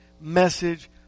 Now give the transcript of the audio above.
message